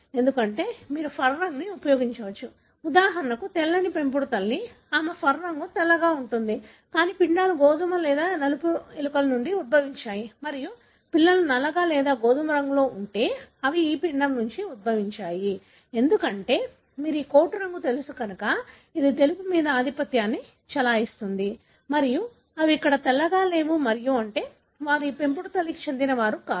ఎందుకంటే మీరు ఫర్ రంగును ఉపయోగించవచ్చు ఉదాహరణకు తెల్లని పెంపుడు తల్లి ఆమె ఫర్ రంగు తెల్లగా ఉంటుంది కానీ పిండాలు గోధుమ లేదా నలుపు ఎలుకల నుండి ఉద్భవించాయి మరియు పిల్లలు నల్లగా లేదా గోధుమ రంగులో ఉంటే అవి ఈ పిండం నుండి ఉద్భవించాయి ఎందుకంటే మీకు ఈ కోటురంగు తెలుసు కనుక ఇది తెలుపు మీద ఆధిపత్యం చెలాయిస్తుంది మరియు అవి ఇక్కడ తెల్లగా లేవు మరియు అంటే వారు ఈ పెంపుడు తల్లికి చెందినవారు కాదు